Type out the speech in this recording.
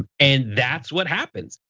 ah and that's what happens.